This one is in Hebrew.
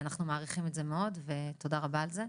אנחנו מעריכים את זה מאוד ותודה רבה על זה.